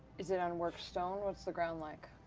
is it unworked stone? what's the ground like?